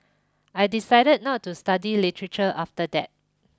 I decided not to study literature after that